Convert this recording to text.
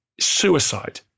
suicide